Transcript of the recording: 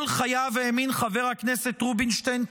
כל חייו האמין חבר הכנסת רובינשטיין,